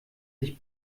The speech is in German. sich